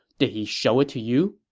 did he show it to you?